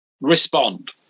respond